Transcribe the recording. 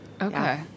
Okay